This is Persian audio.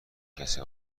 کسی